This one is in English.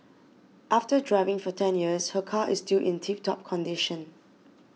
after driving for ten years her car is still in tip top condition